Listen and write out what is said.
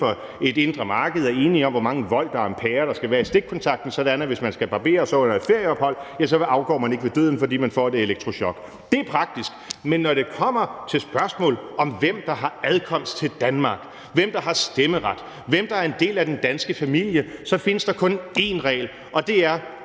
for et indre marked er enige om, hvor mange volt og ampere der skal være i stikkontakten, sådan at man, hvis man skal barbere sig under et ferieophold, ikke afgår ved døden, fordi man får et elektrisk chok. Det er praktisk. Men når det kommer til spørgsmål om, hvem der har adkomst til Danmark, hvem der har stemmeret, hvem der er en del af den danske familie, så findes der kun én regel, og det er: